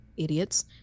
idiots